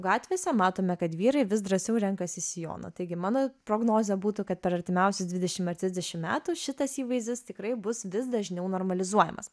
gatvėse matome kad vyrai vis drąsiau renkasi sijoną taigi mano prognozė būtų kad per artimiausius dvidešim ar trisdešim metų šitas įvaizdis tikrai bus vis dažniau normalizuojamas